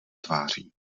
tváří